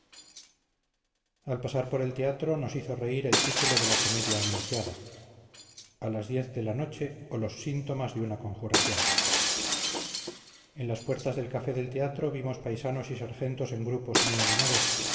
al pasar por el teatro nos hizo reír el título de la comedia anunciada a las diez de la noche o los síntomas de una conjuración en las puertas del café del teatro vimos paisanos y sargentos en grupos muy animados